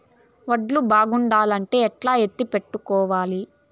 వడ్లు బాగుండాలంటే ఎట్లా ఎత్తిపెట్టుకోవాలి?